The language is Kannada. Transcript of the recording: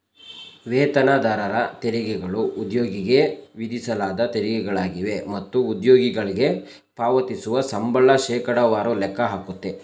ವೇತನದಾರರ ತೆರಿಗೆಗಳು ಉದ್ಯೋಗಿಗೆ ವಿಧಿಸಲಾದ ತೆರಿಗೆಗಳಾಗಿವೆ ಮತ್ತು ಉದ್ಯೋಗಿಗಳ್ಗೆ ಪಾವತಿಸುವ ಸಂಬಳ ಶೇಕಡವಾರು ಲೆಕ್ಕ ಹಾಕುತ್ತೆ